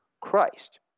Christ